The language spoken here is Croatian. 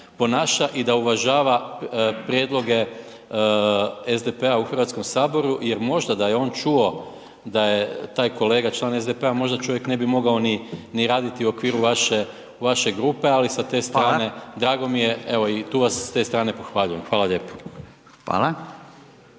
i da uvažava prijedloge SDP-a u HS jer možda da je on čuo da je taj kolega član SDP-a možda čovjek ne bi mogao ni, ni raditi u okviru vaše, vaše grupe, ali sa te strane …/Upadica: Hvala/…drago mi je, evo i tu vas s te strane pohvaljujem. Hvala lijepo.